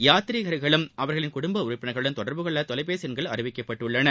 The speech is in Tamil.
யாத்சீகர்களும் அவர்களின் குடும்ப உறுப்பினர்களுடன் தொடர்புகொள்ள தொலைபேசி எண்கள் அறிவிக்கப்பட்டுள்ளன